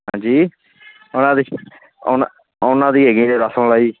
ਹਾਂਜੀ ਉਹਨਾਂ ਦੀ ਉਹਨਾਂ ਉਹਨਾਂ ਦੀ ਹੈਗੀ ਜੀ ਰਸਮਲਾਈ